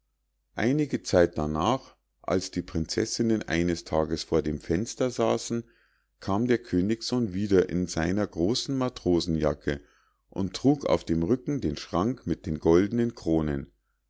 einige zeit darnach als die prinzessinnen eines tages vor dem fenster saßen kam der königssohn wieder in seiner großen matrosenjacke und trug auf dem rücken den schrank mit den goldnen kronen